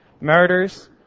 murders